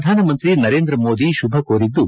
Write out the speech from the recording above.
ಪ್ರಧಾನಮಂತ್ರಿ ನರೇಂದ್ರ ಮೋದಿ ಶುಭ ಕೋರಿದ್ದು